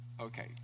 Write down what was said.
Okay